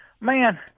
Man